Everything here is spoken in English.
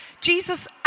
Jesus